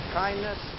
kindness